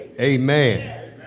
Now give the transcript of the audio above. Amen